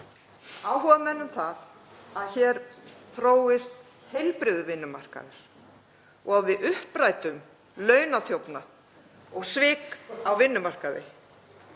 áhugamenn um það að hér þróist heilbrigður vinnumarkaður og við upprætum launaþjófnað og svik á vinnumarkaði?